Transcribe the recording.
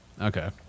Okay